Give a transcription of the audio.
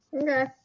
okay